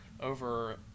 over